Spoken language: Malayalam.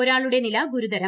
ഒരാളുടെ നില ഗുരുതരം